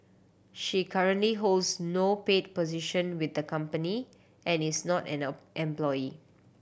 she currently holds no paid position with the company and is not and employee